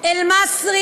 אל-מסרי,